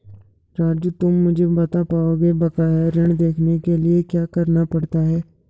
राजू तुम मुझे बता पाओगे बकाया ऋण देखने के लिए क्या करना पड़ता है?